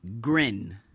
Grin